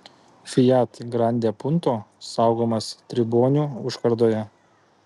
fiat grande punto saugomas tribonių užkardoje